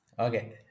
Okay